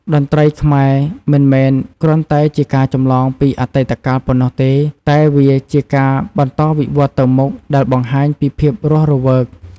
តន្ត្រីខ្មែរមិនមែនគ្រាន់តែជាការចម្លងពីអតីតកាលប៉ុណ្ណោះទេ តែវាជាការបន្តវិវឌ្ឍន៍ទៅមុខ ដែលបង្ហាញពីភាពរស់រវើក។